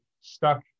stuck